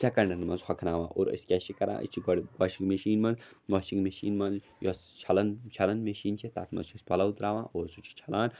سٮ۪کَنٛڈَن منٛز ہۄکھناوان اور أسۍ کیٛاہ چھِ کَران أسۍ چھِ گۄڈٕ واشِنٛگ مِشیٖن منٛز واشِنٛگ مِشیٖن منٛز یۄس چھَلَن چھَلَن مِشیٖن چھِ تَتھ منٛز چھِ أسۍ پَلَو تَرٛاوان اور سُہ چھِ چھَلان